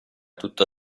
tutto